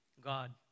God